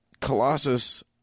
Colossus